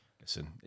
listen